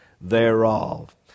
thereof